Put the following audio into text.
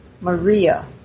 Maria